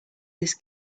this